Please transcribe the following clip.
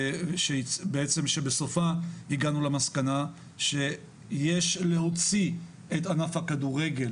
ובסופה הגענו למסקנה שיש להוציא את ענף הכדורגל